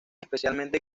especialmente